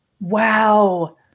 Wow